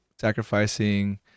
sacrificing